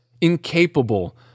incapable